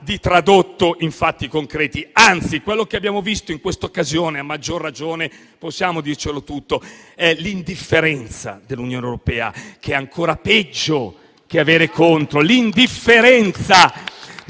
di tradotto in fatti concreti. Anzi, quello che abbiamo visto in questa occasione, a maggior ragione, è l'indifferenza dell'Unione europea, che è ancora peggio che avere